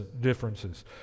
differences